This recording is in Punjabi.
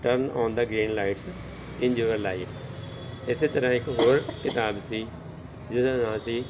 turn on the green lights in your life ਇਸ ਤਰ੍ਹਾਂ ਇੱਕ ਹੋਰ ਕਿਤਾਬ ਸੀ ਜਿਹਦਾ ਨਾਂ ਸੀ